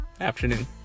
afternoon